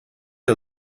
her